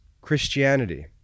Christianity